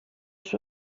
suo